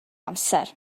amser